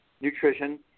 nutrition